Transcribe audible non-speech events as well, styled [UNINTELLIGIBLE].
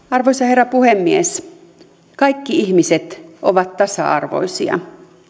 [UNINTELLIGIBLE] arvoisa herra puhemies kaikki ihmiset ovat tasa arvoisia